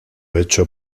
hecho